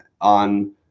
on